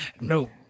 No